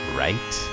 right